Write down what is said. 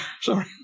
sorry